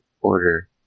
order